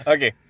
Okay